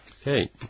Okay